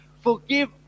Forgive